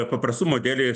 paprastumo dėlei